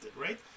right